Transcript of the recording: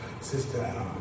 Sister